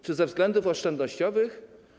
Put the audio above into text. Czy ze względów oszczędnościowych?